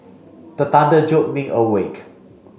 the thunder jolt me awake